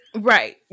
Right